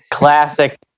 Classic